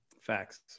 Facts